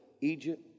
Egypt